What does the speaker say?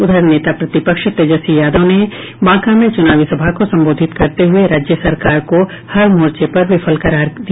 उधर नेता प्रतिपक्ष तेजस्वी यादव ने बांका में चुनावी सभा को संबोधित करते हुये राज्य सरकार को हर मोर्चे पर विफल करार दिया